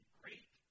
great